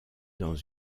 dans